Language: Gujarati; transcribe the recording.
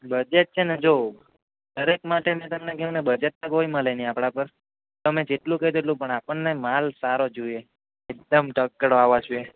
બજેટ છે ને જો દરેક માટે મેં તમને કેવને બજેટ તો કોઈ મલે નહીં આપણા પર તમે જેટલું કહેશો એટલું પણ આપણને માલ સારો જોઈએ એકદમ